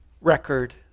record